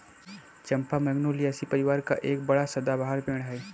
चंपा Magnoliaceae परिवार का एक बड़ा सदाबहार पेड़ है